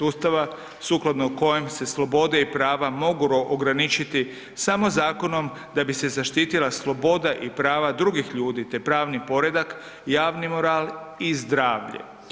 Ustava sukladno kojem se slobode i prava mogu ograničiti samo zakonom, da bi se zaštitila sloboda i prava drugih ljude te pravni poredak, javni moral i zdravlje.